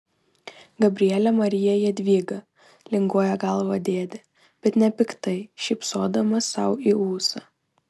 gabriele marija jadvyga linguoja galvą dėdė bet nepiktai šypsodamas sau į ūsą